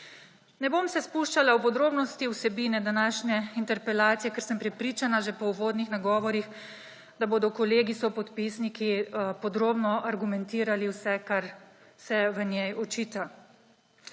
Ne bom se spuščala v podrobnosti vsebine današnje interpelacije, ker sem že po uvodnih nagovorih prepričana, da bodo kolegi sopodpisniki podrobno argumentirali vse, kar se v njej očita.